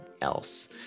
else